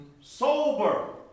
Sober